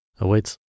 awaits